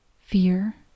fear